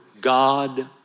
God